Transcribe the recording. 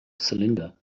cylinder